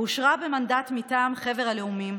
ואושרה במנדט מטעם חבר הלאומים,